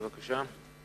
בבקשה.